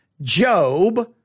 Job